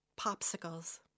popsicles